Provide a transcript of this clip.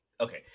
okay